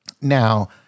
Now